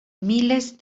miles